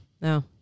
No